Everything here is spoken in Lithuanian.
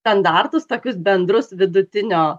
standartus tokius bendrus vidutinio